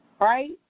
right